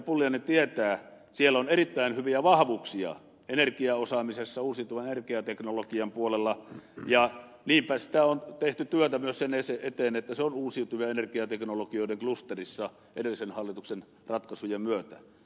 pulliainen tietää siellä on erittäin hyviä vahvuuksia energiaosaamisessa uusiutuvan energiateknologian puolella ja niinpä sitä on tehty työtä myös sen eteen että se on uusiutuvien energiateknologioiden klusterissa edellisen hallituksen ratkaisujen myötä